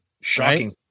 Shocking